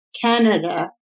Canada